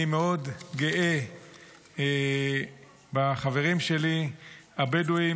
אני מאוד גאה בחברים שלי הבדואים,